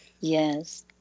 Yes